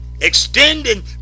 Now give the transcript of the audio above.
extending